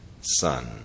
son